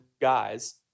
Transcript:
guys